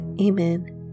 Amen